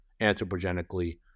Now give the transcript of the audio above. anthropogenically